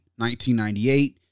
1998